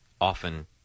often